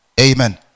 Amen